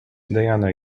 diana